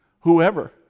Whoever